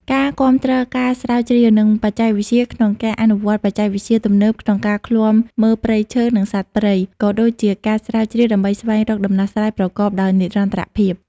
ការគាំទ្រការស្រាវជ្រាវ និងបច្ចេកវិទ្យាក្នុងការ អនុវត្តបច្ចេកវិទ្យាទំនើបក្នុងការឃ្លាំមើលព្រៃឈើ និងសត្វព្រៃ ក៏ដូចជាការស្រាវជ្រាវដើម្បីស្វែងរកដំណោះស្រាយប្រកបដោយនិរន្តរភាព។